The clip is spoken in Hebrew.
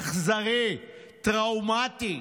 אכזרי, טראומטי,